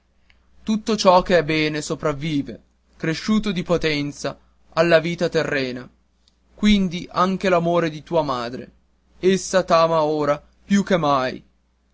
tutto ciò che è bene sopravvive cresciuto di potenza alla vita terrena quindi anche l'amore di tua madre essa t'ama ora più che mai